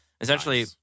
essentially